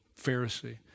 Pharisee